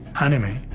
anime